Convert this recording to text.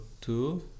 two